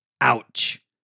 Ouch